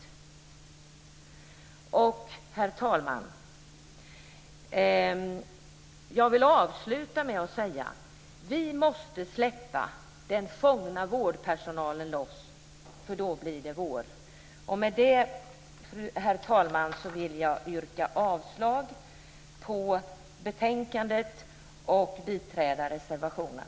Herr talman! Jag vill avsluta med att säga att vi måste släppa den fångna vårdpersonalen loss, för då blir det vår. Och med detta vill jag yrka avslag på hemställan i betänkandet och biträda reservationen.